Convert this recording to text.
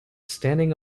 standing